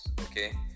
okay